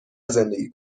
زندگی